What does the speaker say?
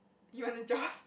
you want a job